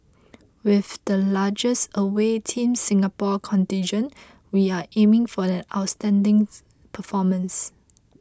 with the largest away Team Singapore contingent we are aiming for an outstanding performance